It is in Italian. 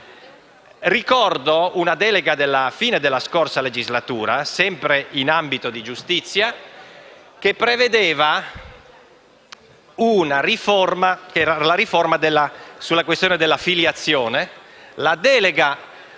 Ricordo una delega della fine della scorsa legislatura, sempre in ambito di giustizia, che prevedeva una riforma sulla questione della filiazione.